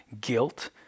guilt